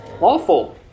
lawful